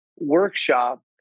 workshop